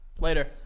Later